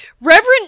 reverend